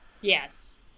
Yes